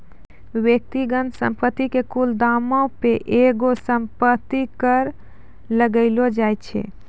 व्यक्तिगत संपत्ति के कुल दामो पे एगो संपत्ति कर लगैलो जाय छै